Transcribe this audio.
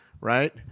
right